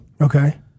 Okay